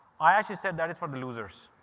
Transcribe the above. i actually said that is for the losers.